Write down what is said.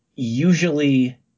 usually